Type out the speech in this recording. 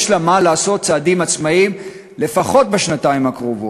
יש צעדים עצמאיים לפחות בשנתיים הקרובות.